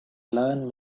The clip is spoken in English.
learn